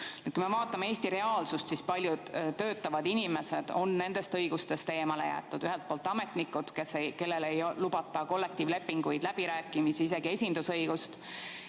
Kui me vaatame Eesti reaalsust, siis paljud töötavad inimesed on nendest õigustest eemale jäetud. Ühelt poolt ametnikud, kellele ei lubata kollektiivlepinguid, läbirääkimisi, isegi mitte esindusõigust.